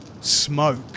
smoke